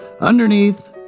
Underneath